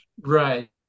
Right